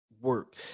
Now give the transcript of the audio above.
work